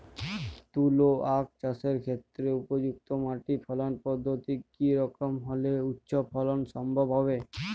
তুলো আঁখ চাষের ক্ষেত্রে উপযুক্ত মাটি ফলন পদ্ধতি কী রকম হলে উচ্চ ফলন সম্ভব হবে?